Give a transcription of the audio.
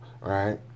Right